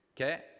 okay